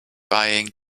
buying